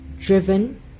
driven